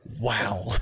wow